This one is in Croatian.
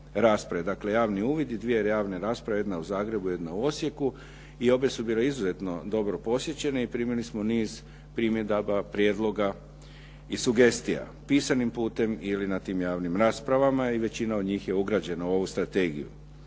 dakle javni uvid i dvije javne rasprave, jedna u Zagrebu i jedna u Osijeku, i obe su bile izuzetno dobro posjećene i primili smo niz primjedaba, prijedloga i sugestija pisanim putem ili na tim javnim raspravama i većina od njih je ugrađena u ovu strategiju.